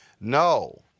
no